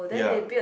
ya